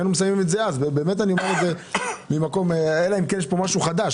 היינו מסיימים את זה אז אלא אם כן יש כאן משהו חדש.